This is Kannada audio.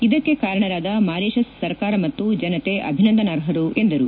ಇದಕ್ಕೆ ಕಾರಣರಾದ ಮಾರಿಷಸ್ ಸರ್ಕಾರ ಮತ್ತು ಜನತೆ ಅಭಿನಂದಾನರ್ಹರು ಎಂದರು